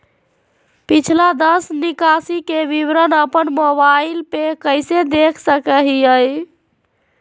पिछला दस निकासी के विवरण अपन मोबाईल पे कैसे देख सके हियई?